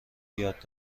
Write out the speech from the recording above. یاد